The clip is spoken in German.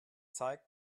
zeigt